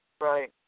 Right